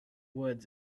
woods